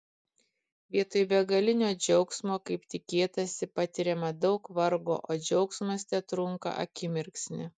vietoj begalinio džiaugsmo kaip tikėtasi patiriama daug vargo o džiaugsmas tetrunka akimirksnį